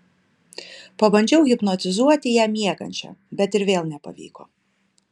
pabandžiau hipnotizuoti ją miegančią bet ir vėl nepavyko